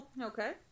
Okay